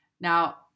Now